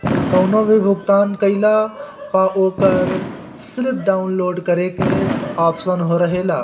कवनो भी भुगतान कईला पअ ओकर स्लिप डाउनलोड करे के आप्शन रहेला